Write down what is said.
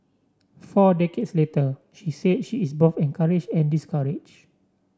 four decades later she said she is both encouraged and discouraged